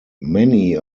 many